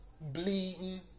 bleeding